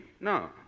No